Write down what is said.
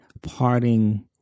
parting